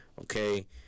okay